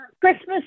Christmas